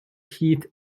heat